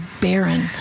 barren